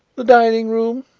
the dining-room,